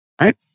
right